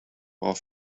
while